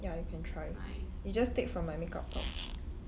ya you can try you just take from my makeup pouch